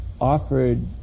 offered